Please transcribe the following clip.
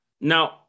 now